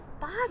body